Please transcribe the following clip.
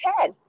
head